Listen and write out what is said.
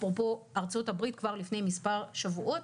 אפרופו ארצות הברית כבר לפני מספר שבועות,